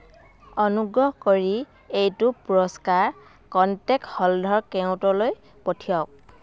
অনুগ্ৰহ কৰি এইটো পুৰস্কাৰ কণ্টেক্ট হলধৰ কেওটলৈ পঠিয়াওক